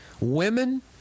women